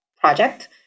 project